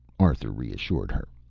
arthur reassured her.